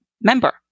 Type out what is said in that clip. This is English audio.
member